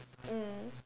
mm